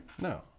No